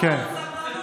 הסר דאגה מליבך,